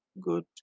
good